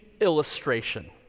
illustration